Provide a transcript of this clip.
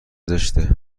زشته